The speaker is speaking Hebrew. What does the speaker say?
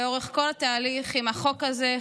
לאורך כל התהליך עם החוק הזה,